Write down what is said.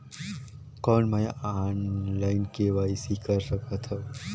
कौन मैं online KYC कर सकथव?